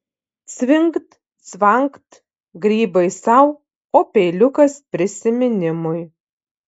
cvingt cvangt grybai sau o peiliukas prisiminimui